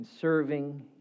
Serving